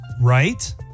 right